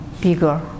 bigger